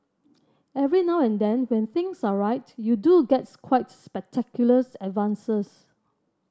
every now and then when things are right you do gets quite spectaculars advances